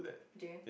James